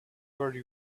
were